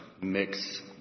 mix